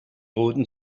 roten